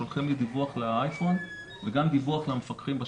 שולחים לי דיווח לאייפון וגם דיווח למפקחים בשטח.